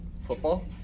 Football